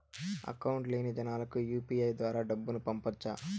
Account లేని జనాలకు UPI ద్వారా డబ్బును పంపొచ్చా?